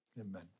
Amen